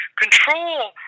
control